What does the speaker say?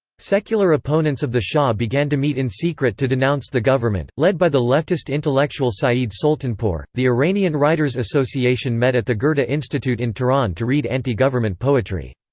secular opponents of the shah began to meet in secret to denounce the government led by the leftist intellectual saeed soltanpour, the iranian writers association met at the goethe but institute in tehran to read anti-government poetry.